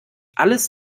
alles